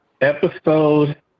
episode